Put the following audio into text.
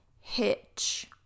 hitch